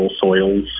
soils